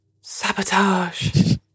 Sabotage